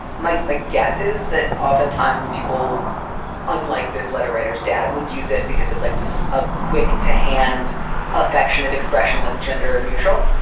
might my guess is that oftentimes people unlike this letter writers, dad would use it because it's like a quick to hand affectionate expression that's gender neutral.